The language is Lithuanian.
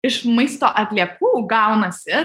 iš maisto atliekų gaunasi